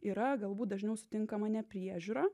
yra galbūt dažniau sutinkama nepriežiūra